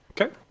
okay